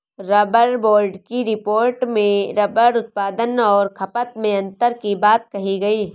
rubber board की report में rubber उत्पादन और खपत में अन्तर की बात कही गई